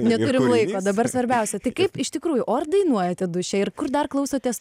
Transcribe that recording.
neturim laiko dabar svarbiausia tai kaip iš tikrųjų o ar dainuojate duše ir kur dar klausotės